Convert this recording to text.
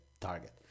target